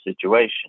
situation